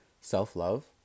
self-love